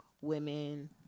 women